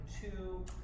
two